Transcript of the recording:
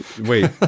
Wait